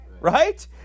Right